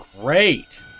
great